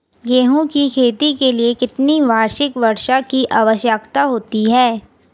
गेहूँ की खेती के लिए कितनी वार्षिक वर्षा की आवश्यकता होती है?